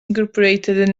incorporated